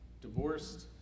divorced